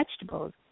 vegetables